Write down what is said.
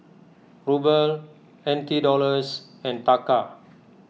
Ruble N T Dollars and Taka